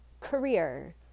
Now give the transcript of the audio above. career